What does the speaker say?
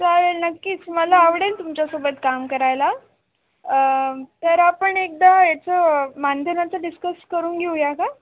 चालेल नक्कीच मला आवडेल तुमच्यासोबत काम करायला तर आपण एकदा याचं मानधनाचं डिस्कस करून घेऊया का